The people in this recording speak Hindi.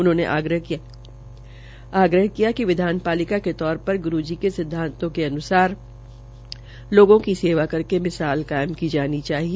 उनहोंने आग्रह किया कि विधानपालिका के तौर पर गुरू जी के सिद्वातों के अनुसार लागों की सेवा करके मिसाल कायम करनी चाहिए